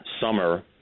summer